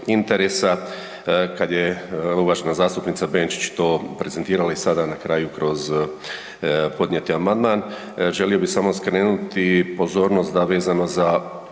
interesa kad uvažena zastupnica Benčić to prezentirala i sada na kraju kroz podnijeti amandman, želio bi samo skrenuti pozornost da vezano za